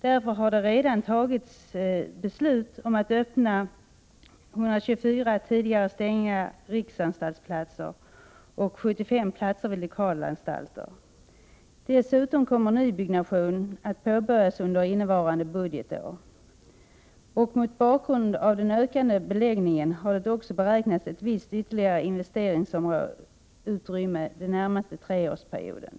Därför har det redan fattats beslut om att öppna 124 tidigare stängda riksanstalter och 75 platser vid lokalanstalter. Dessutom kommer nybyggnation att påbörjas under innevarande budgetår. Mot bakgrund av den ökade beläggningen har det också beräknats ett visst ytterligare investeringsutrymme den närmaste treårsperioden.